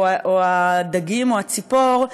הדגים או הציפור,